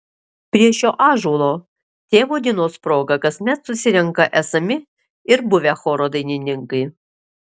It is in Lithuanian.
prie šio ąžuolo tėvo dienos proga kasmet susirenka esami ir buvę choro dainininkai